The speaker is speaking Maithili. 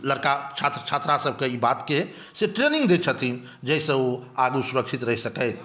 लड़का छात्र छात्रा सभके ई बातके से ट्रेनिंग दय छथिन जाहिसॅं ओ आगूँ सुरक्षित रहै सकैत